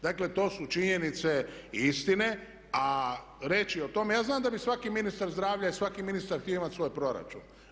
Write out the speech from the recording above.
Dakle to su činjenice istine a reći o tome, ja znam da bi svaki ministar zdravlja i svaki ministar htio imati svoj proračun.